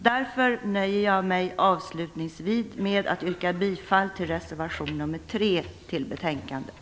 Jag nöjer mig avslutningsvis med att yrka bifall till reservation nr 3 till betänkandet.